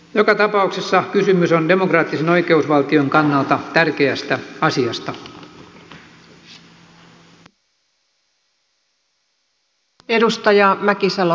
joka tapauksessa kysymys on demokraattisen oikeusvaltion kannalta tärkeästä asiasta